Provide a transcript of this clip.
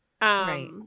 Right